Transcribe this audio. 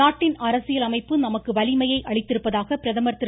நாட்டின் அரசியல் அமைப்பு நமக்கு வலிமையை அளித்திருப்பதாக பிரதமா் திரு